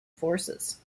forces